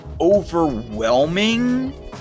overwhelming